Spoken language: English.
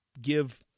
give